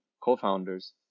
co-founders